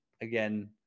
again